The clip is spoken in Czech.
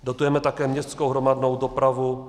Dotujeme také městskou hromadnou dopravu.